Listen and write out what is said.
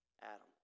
Adam